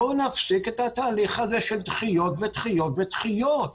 בואו נפסיק את התהליך הזה של דחיות ודחיות ודחיות.